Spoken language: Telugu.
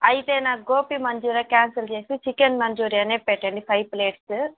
అయితే నాకు గోభి మంచురియా కాన్సల్ చేసి చికెన్ మంచూరియానే పెట్టండి ఫైవ్ ప్లేట్స్